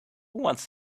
wants